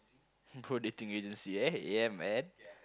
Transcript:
pro dating agency eh yeah man